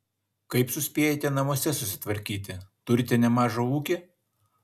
kaip suspėjate namuose susitvarkyti turite nemažą ūkį